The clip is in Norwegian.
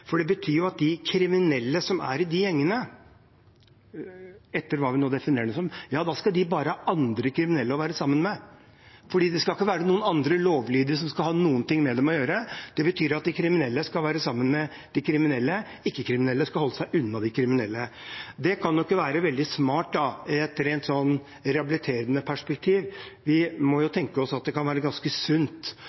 for det betyr jo at de kriminelle som er i de gjengene, etter hva vi nå definerer det som, bare skal ha andre kriminelle å være sammen med, for det skal ikke være noen andre lovlydige som skal ha noe med dem å gjøre. Det betyr at de kriminelle skal være sammen med andre kriminelle, mens ikke-kriminelle skal holde seg unna de kriminelle. Det kan ikke være veldig smart i et rent rehabiliterende perspektiv. Vi må jo tenke oss at det kan være ganske sunt